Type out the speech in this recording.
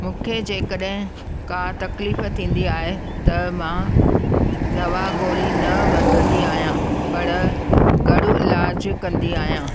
मूंखे जेकॾहिं का तक़लीफ़ थींदी आहे त मां दवा गोरी न वठंदी आहियां पर घरु इलाजु कंदी आहियां